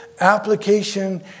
Application